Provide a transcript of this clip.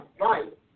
right